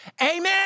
amen